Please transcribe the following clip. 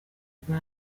bwa